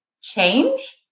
change